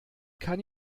kann